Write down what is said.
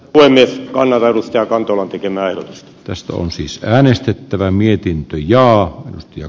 mies on levähdys ja kantola teki kuin sillä on vastalauseessa